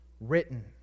written